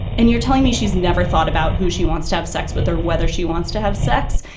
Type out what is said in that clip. and you're telling me she's never thought about who she wants to have sex with her, whether she wants to have sex.